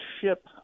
ship